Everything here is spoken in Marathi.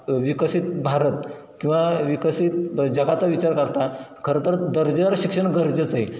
विकसित भारत किंवा विकसित जगाचा विचार करता खरंतर दर्जेवर शिक्षण गरजेचं आहे